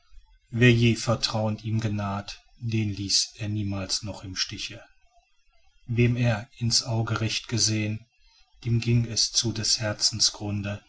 wer je vertrauend ihm genaht den ließ er niemals noch im stiche wem er ins auge recht gesehn dem ging es zu des herzens